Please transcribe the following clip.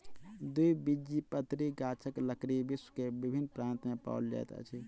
द्विबीजपत्री गाछक लकड़ी विश्व के विभिन्न प्रान्त में पाओल जाइत अछि